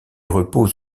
repose